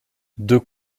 deux